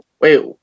Wait